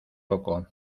poco